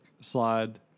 slide